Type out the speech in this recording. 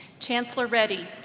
chancellor reddy,